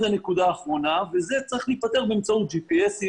לנקודה האחרונה וזה צריך להפתר באמצעות GPS,